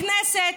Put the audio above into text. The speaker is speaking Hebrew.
הכנסת,